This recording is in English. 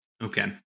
Okay